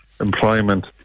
employment